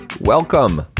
welcome